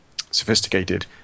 sophisticated